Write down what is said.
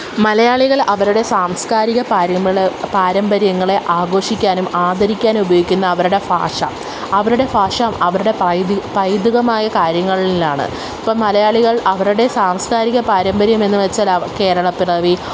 മലയാളികള് അവരുടെ സാംസ്കാരിക പാരമ്പര്യങ്ങൾ പാരമ്പര്യങ്ങളേ ആഘോഷിക്കാനും ആദരിക്കുവാനും ഉപയോഗിക്കുന്ന അവരുടെ ഭാഷ അവരുടെ ഭാഷ അവരുടെ പൈതൃകം പൈതൃകമായ കാര്യങ്ങളാണ് ഇപ്പം മലയാളികള് അവരുടെ സാംസ്കാരിക പാരമ്പര്യമെന്ന് വെച്ചാല് അവ കേരളപ്പിറവി